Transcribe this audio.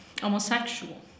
homosexual